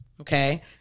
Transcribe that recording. Okay